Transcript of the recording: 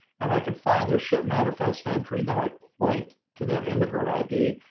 and i can find their ship manifest entry that i point to that immigrant id.